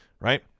right